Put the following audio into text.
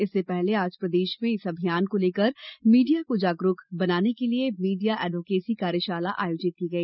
इससे पहले आज प्रदेशभर में इस अभियान को लेकर मीडिया को जागरूक बनाने के लिये मीडिया एडवोकेसी कार्यशाला आयोजित की गई